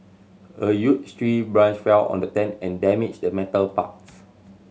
a huge tree branch fell on the tent and damaged the metal parts